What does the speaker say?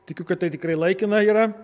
tikiu kad tai tikrai laikina yra